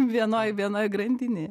vienoj vienoj grandinėj